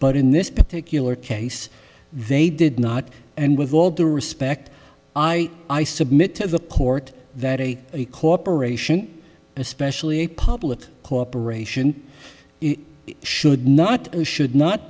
but in this particular case they did not and with all due respect i i submit to the court that a corporation especially a public corporation should not should not